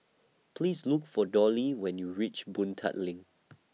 Please Look For Dollie when YOU REACH Boon Tat LINK